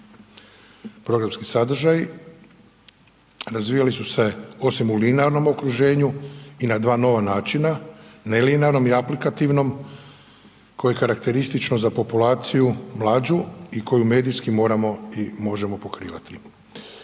Programski sadržaji razvijali su se osim u linearnom okruženju i na dva nova načina, nelinearnom i aplikativnom koje je karakteristično za populaciju mlađu i koju medijski moramo i možemo pokrivati.